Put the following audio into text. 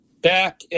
back